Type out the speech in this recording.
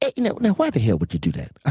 ah you know now, why the hell would you do that?